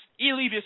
elitist